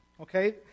okay